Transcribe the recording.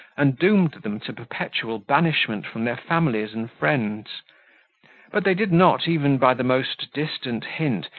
and doomed them to perpetual banishment from their families and friends but they did not, even by the most distant hint,